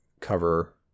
cover